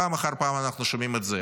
פעם אחר פעם אנחנו שומעים את זה